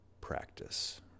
practice